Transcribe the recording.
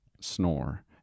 snore